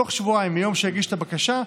בתוך שבועיים מיום שהגיש את הבקשה,